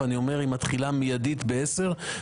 ואומר שהיא מתחילה מידית ב-10:00,